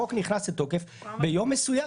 חוק נכנס לתוקף ביום מסוים.